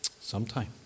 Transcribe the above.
Sometime